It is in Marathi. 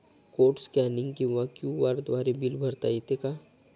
कोड स्कॅनिंग किंवा क्यू.आर द्वारे बिल भरता येते का?